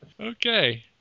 Okay